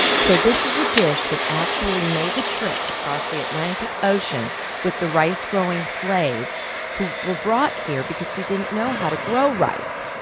so this is a dish that actually made the trip across the atlantic ocean with the rice-growing slaves, who were brought here because we didn't know how to grow rice.